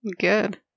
Good